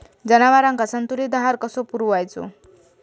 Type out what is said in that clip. जनावरांका संतुलित आहार कसो पुरवायचो?